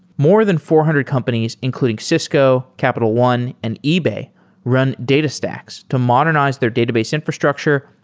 more than four hundred companies including cisco, capital one, and ebay run datastax to modernize their database infrastructure,